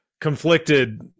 conflicted